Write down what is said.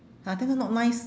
ha then later not nice